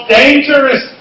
dangerous